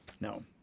no